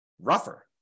rougher